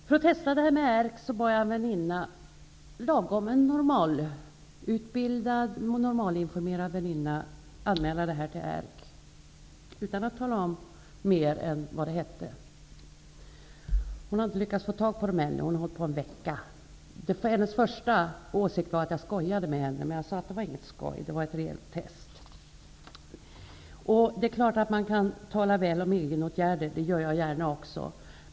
För att testa ERK bad jag en normalutbildad, normalinformerad väninna att anmäla annonsen till ERK, utan att tala om något mer än vad det hette. Hon har inte lyckats få tag på dem ännu. Hon har hållit på i en vecka. Hennes första åsikt var att jag skojade med henne. Men jag sade att det inte var något skoj, att det var ett reellt test. Det är klart att man kan tala väl om egenåtgärder, det gör jag gärna också.